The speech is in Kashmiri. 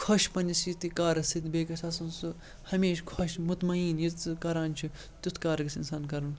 خۄش پنٛنِس یہِ تہِ کارَس سۭتۍ بیٚیہِ گژھِ آسُن سُہ ہمیشہِ خۄش مطمعین یہِ ژٕ کَران چھُ تیُتھ کارٕ گژھِ اِنسان کَرُن